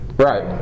Right